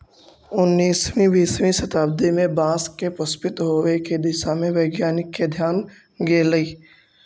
उन्नीसवीं बीसवीं शताब्दी में बाँस के पुष्पित होवे के दिशा में वैज्ञानिक के ध्यान गेलई